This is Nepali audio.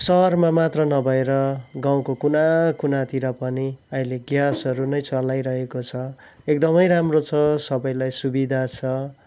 सहरमा मात्र नभएर गाउँको कुना कुनातिर पनि अहिले ग्यासहरू नै चलाइरहेको छ एकदमै राम्रो छ सबैलाई सुविधा छ